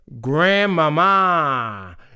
Grandmama